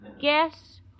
Guess